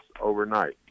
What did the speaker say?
overnight